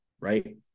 Right